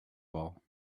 ball